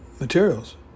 materials